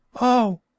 Oh